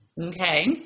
Okay